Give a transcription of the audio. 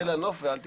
"צא לנוף ואל תקטוף".